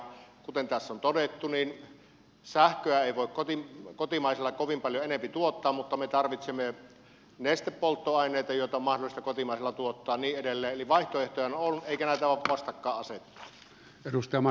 kuten tässä on todettu sähköä ei voi kotimaisilla kovin paljon enempi tuottaa mutta me tarvitsemme nestepolttoaineita joita on mahdollista kotimaisilla tuottaa ja niin edelleen eli vaihtoehtoja on eikä näitä voi vastakkain asettaa